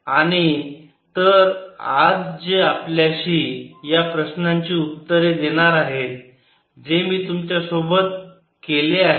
आणि तर आज ते आपल्याशी या प्रश्नांची उत्तरे देणार आहेत जे मी तुमच्यासोबत केले आहेत